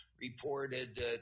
reported